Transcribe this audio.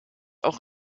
auch